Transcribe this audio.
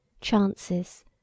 Chances